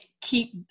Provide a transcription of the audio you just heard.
keep